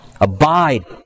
Abide